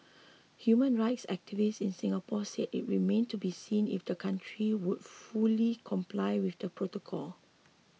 human rights activists in Singapore said it remained to be seen if the country would fully comply with the protocol